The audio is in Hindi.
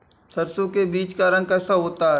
सरसों के बीज का रंग कैसा होता है?